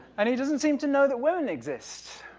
and he doesn't seem to know that women exist.